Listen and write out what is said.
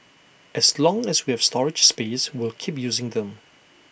as long as we have storage space we'll keep using them